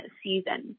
season